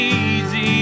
easy